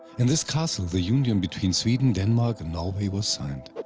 in this castle the union between sweden, denmark and norway was signed.